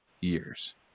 years